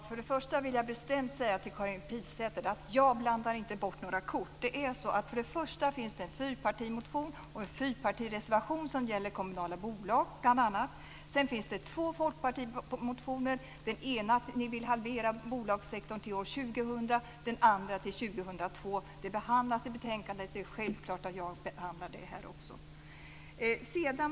Fru talman! Jag vill bestämt säga till Karin Pilsäter att jag inte blandar bort några kort. Det finns en fyrpartimotion och en fyrpartireservation som gäller kommunala bolag, bl.a. Det finns också två folkpartimotioner. Den ena gäller att ni vill halvera bolagssektorn till år 2000, den andra att ni vill halvera den till 2002. Det behandlas i betänkandet. Det är självklart att jag behandlar det här också.